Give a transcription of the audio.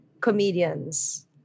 comedians